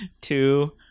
two